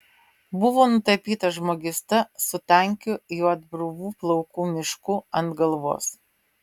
buvo nutapytas žmogysta su tankiu juodbruvų plaukų mišku ant galvos